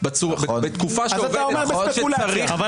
לא רק זה, הם